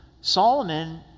Solomon